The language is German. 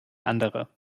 andere